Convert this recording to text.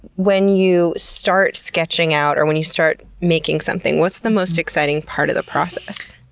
when you start sketching out or when you start making something, what's the most exciting part of the process?